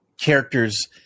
characters